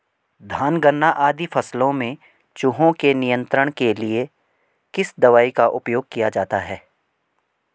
धान गन्ना आदि फसलों में चूहों के नियंत्रण के लिए किस दवाई का उपयोग किया जाता है?